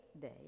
day